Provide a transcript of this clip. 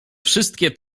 wszystkie